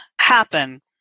happen